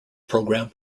program